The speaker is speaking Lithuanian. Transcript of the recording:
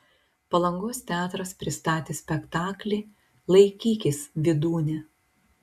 palangos teatras pristatė spektaklį laikykis vydūne